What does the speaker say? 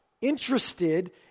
interested